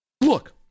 Look